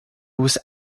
was